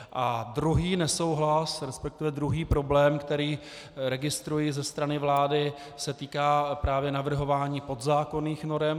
A druhý nesouhlas, resp. druhý problém, který registruji ze strany vlády, se týká právě navrhování podzákonných norem.